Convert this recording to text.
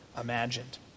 imagined